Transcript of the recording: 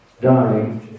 dying